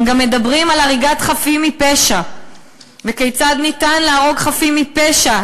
הם גם מדברים על הריגת חפים מפשע וכיצד ניתן להרוג חפים מפשע,